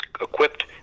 equipped